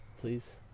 please